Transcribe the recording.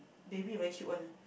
baby very cute [one] ah